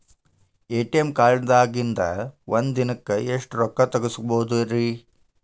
ATM ಕಾರ್ಡ್ನ್ಯಾಗಿನ್ದ್ ಒಂದ್ ದಿನಕ್ಕ್ ಎಷ್ಟ ರೊಕ್ಕಾ ತೆಗಸ್ಬೋದ್ರಿ?